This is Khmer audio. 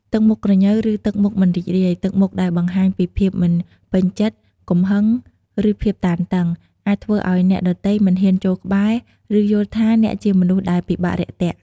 ទឹកមុខក្រញ៉ូវ ឬទឹកមុខមិនរីករាយ ទឹកមុខដែលបង្ហាញពីភាពមិនពេញចិត្ត កំហឹង ឬភាពតានតឹង អាចធ្វើឲ្យអ្នកដទៃមិនហ៊ានចូលក្បែរ ឬយល់ថាអ្នកជាមនុស្សដែលពិបាករាក់ទាក់។